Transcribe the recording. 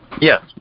Yes